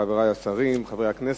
תודה רבה לך, חברי השרים, חברי הכנסת,